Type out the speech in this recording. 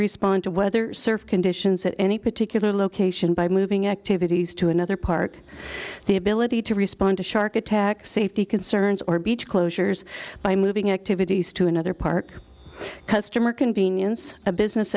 respond to weather surf conditions at any particular location by moving activities to another park the ability to respond to shark attack safety concerns or beach closures by moving activities to another park customer convenience a business